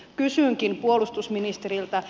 kysynkin puolustusministeriltä